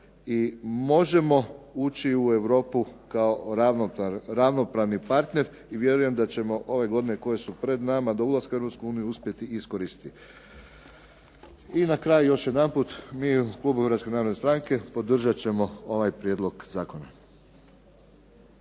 i možemo ući u Europu kao ravnopravni partner. I vjerujem da ćemo ove godine koje su pred nama do ulaska u Europsku uniju uspjeti iskoristiti. I na kraju još jedanput mi u klubu Hrvatske narodne stranke podržat ćemo ovaj prijedlog zakona.